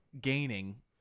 gaining